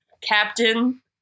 Captain